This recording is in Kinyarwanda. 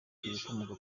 ibikomoka